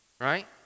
right